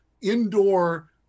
indoor